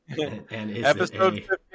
Episode